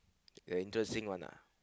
the interesting one ah